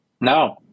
No